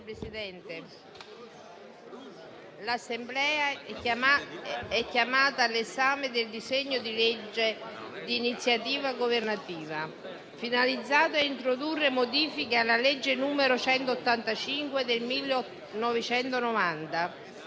Presidente, l'Assemblea è chiamata all'esame del disegno di legge di iniziativa governativa finalizzato a introdurre modifiche alla legge n. 185 del 1990,